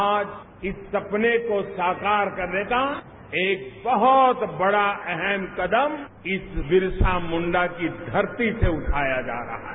आज इस सपने को साकार करने का एक बहुत बड़ा अहम कदम इस बिरसामुंडा की धरती से उठाया जा रहा है